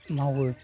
मावो